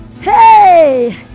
Hey